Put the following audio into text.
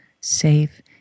safe